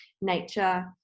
nature